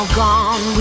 gone